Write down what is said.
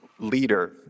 leader